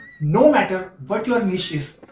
no matter what your niche is,